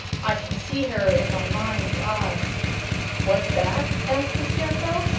i can see her, in my mind's eye what's that? asked the scarecrow.